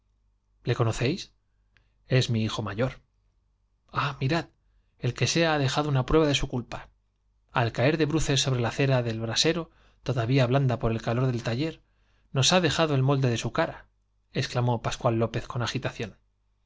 e conocéis es mi hijo mayor ah mirad el que sea ha dejado una prueba de su culpa al caer de bruces sobre la cera del bra sero todavía blanda por el calor del taller nos ha el molde de exclamó pascual lópez dejado su cara'con agitación